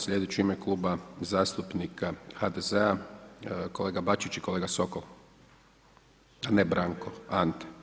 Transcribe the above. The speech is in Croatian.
Sljedeći u ime Kluba zastupnika HDZ-a kolega Bačić i kolega Sokol, a ne Branko, Ante.